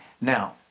now